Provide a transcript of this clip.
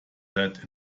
that